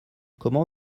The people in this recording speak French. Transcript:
comment